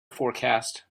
forecast